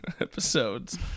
episodes